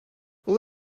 will